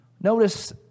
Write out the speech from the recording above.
Notice